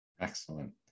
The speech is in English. Excellent